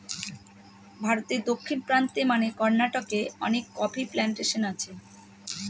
ভারতে দক্ষিণ প্রান্তে মানে কর্নাটকে অনেক কফি প্লানটেশন আছে